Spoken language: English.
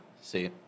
see